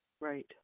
Right